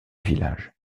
village